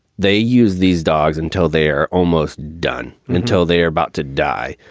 they use these dogs until they're almost done, until they're about to die.